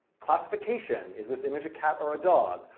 classification. is this image a cat or a dog?